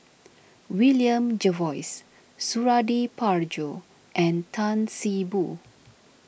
William Jervois Suradi Parjo and Tan See Boo